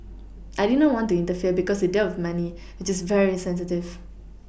I did not want to interfere because it dealt with money which is very sensitive